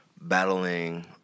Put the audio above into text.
battling